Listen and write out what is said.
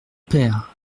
père